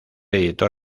editor